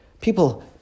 People